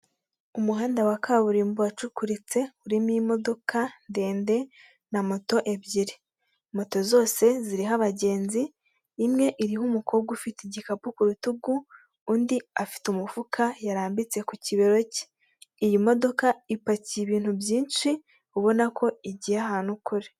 Umuhanda wa kaburimbo wacukuritse urimo imodoka ndende na moto ebyiri, moto zose ziriho abagenzi. Imwe iriho umukobwa ufite igikapu ku rutugu, undi afite umufuka yarambitse ku kibero cye. Iyi modoka ipakiye ibintu byinshi, ubona ko igiye ahantu kure.